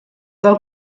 del